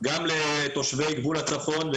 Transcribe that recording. גם לתושבי גבול הצפון,